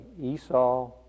Esau